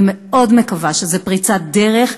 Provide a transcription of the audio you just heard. אני מאוד מקווה שזאת פריצת דרך,